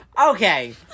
Okay